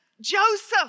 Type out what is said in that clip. Joseph